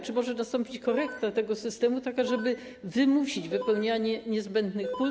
Czy może nastąpić korekta tego systemu, taka, żeby wymusić wypełnianie niezbędnych pól?